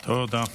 תודה.